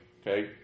okay